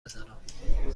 بزنم